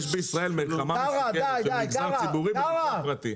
יש בישראל מלחמה מסוכנת של מגזר ציבורי ומגזר פרטי.